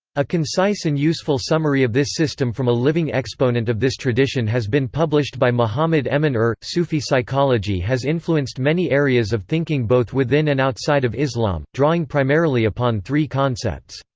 a concise and useful summary of this system from a living exponent of this tradition has been published by muhammad emin er sufi psychology has influenced many areas of thinking both within and outside of islam, drawing primarily upon three concepts.